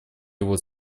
его